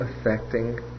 affecting